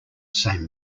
same